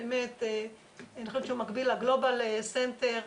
אני חושבת שהוא מקביל לגלובל סנטר,